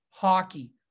hockey